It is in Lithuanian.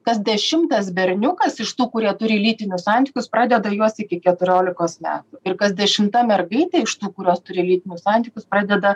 kas dešimtas berniukas iš tų kurie turi lytinius santykius pradeda juos iki keturiolikos metų ir kas dešimta mergaitė iš tų kurios turi lytinius santykius pradeda